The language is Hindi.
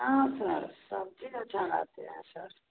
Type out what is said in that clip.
हाँ सर सब चीज अच्छा रहते हैं सर